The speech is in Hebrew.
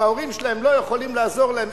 אם ההורים שלהם לא יכולים לעזור להם,